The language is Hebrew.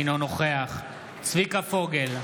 אינו נוכח צביקה פוגל,